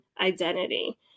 identity